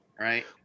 right